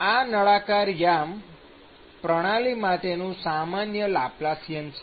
આ નળાકાર યામ પ્રણાલી માટેનું સામાન્ય લાપ્લાસિયન છે